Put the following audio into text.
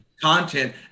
content